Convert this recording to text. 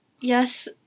Yes